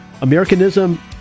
Americanism